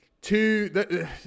two